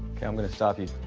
okay, i'm gonna stop you.